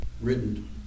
written